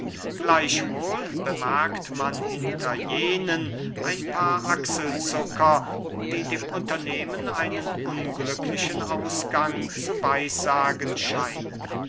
gleichwohl bemerkt man hinter jenen ein paar achselzucker die dem unternehmen einen unglücklichen ausgang zu weissagen scheinen